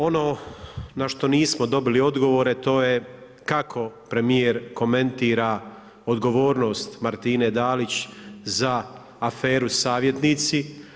Ono na što nismo dobili odgovore to je kako premijer komentira odgovornost Martine Dalić za aferu savjetnici?